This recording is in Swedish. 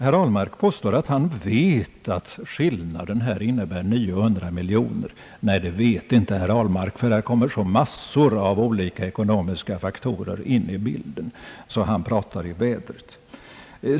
Herr Ahlmark påstår att han vet att skillnaden mellan det förslaget och vad det här gäller innebär 900 miljoner kronor. Nej, det vet inte herr Ahlmark, eftersom det kommer en mängd olika ekonomiska faktorer in i bilden, och han pratar därför bara i vädret.